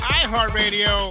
iHeartRadio